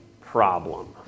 problem